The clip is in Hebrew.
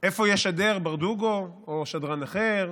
איפה ישדרו ברדוגו או שדרן אחר,